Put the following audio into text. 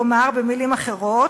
כלומר, במילים אחרות,